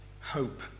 hope